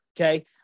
Okay